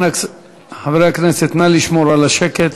חברי הכנסת, נא לשמור על השקט.